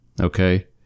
okay